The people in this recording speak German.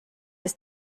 ist